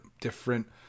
different